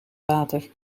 water